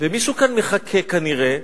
ומישהו כאן מחכה, כנראה,